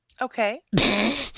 Okay